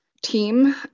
team